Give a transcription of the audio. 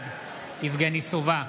יבגני סובה,